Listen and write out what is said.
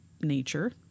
nature